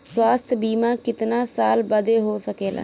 स्वास्थ्य बीमा कितना साल बदे हो सकेला?